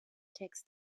text